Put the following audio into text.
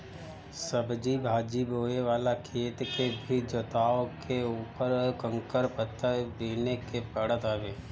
सब्जी भाजी बोए वाला खेत के भी जोतवा के उकर कंकड़ पत्थर बिने के पड़त हवे